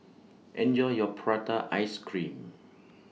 Enjoy your Prata Ice Cream